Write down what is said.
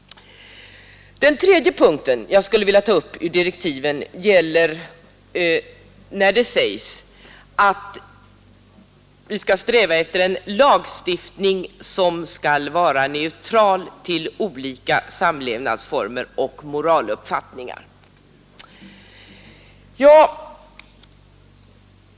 Den tredje punkten ur direktiven som jag skulle vilja ta upp är den där det sägs att vi skall sträva efter en lagstiftning som skall vara neutral till olika samlevnadsformer och moraluppfattningar.